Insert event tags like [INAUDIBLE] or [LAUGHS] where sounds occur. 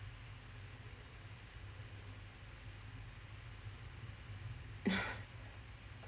[LAUGHS]